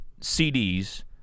CDs